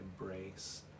embrace